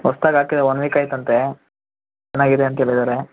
ಹೊಸ್ದಾಗಿ ಹಾಕಿ one week ಆಯ್ತಂತೆ ಚೆನ್ನಾಗಿದೆ ಅಂತ ಹೇಳಿದ್ದಾರೆ